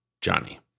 Johnny